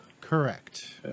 Correct